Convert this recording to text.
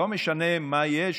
לא משנה מה יש,